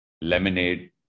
lemonade